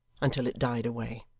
until it died away.